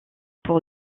pour